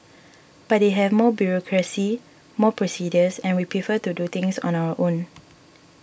but they may have more bureaucracy more procedures and we prefer to do things on our own